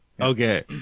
okay